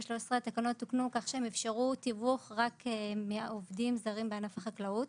התקנות תוקנו כך שהם אפשרו תיווך רק מעובדים זרים בענף החקלאות.